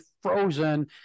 frozen